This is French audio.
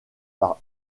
par